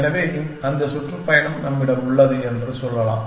எனவே அந்த சுற்றுப்பயணம் நம்மிடம் உள்ளது என்று சொல்லலாம்